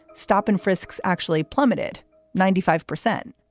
stop and frisks actually plummeted ninety five percent.